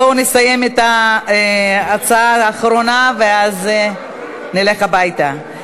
בואו נסיים את ההצעה האחרונה ואז נלך הביתה.